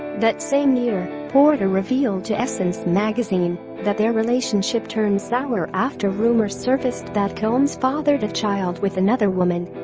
that same year, porter revealed to essence magazine that their relationship turned sour after rumors surfaced that combs fathered a child with another woman